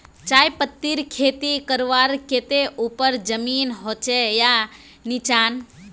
चाय पत्तीर खेती करवार केते ऊपर जमीन होचे या निचान?